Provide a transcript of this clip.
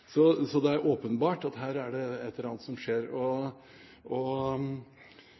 Så det er åpenbart at her er det et eller annet som skjer.